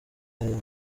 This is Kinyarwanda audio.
aya